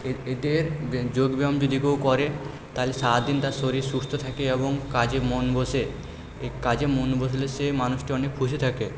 এদের যোগব্যায়াম যদি কেউ করে তাহলে সারা দিন তার শরীর সুস্থ থাকে এবং কাজে মন বসে এই কাজে মন বসলে সেই মানুষটি অনেক খুশি থাকে